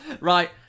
Right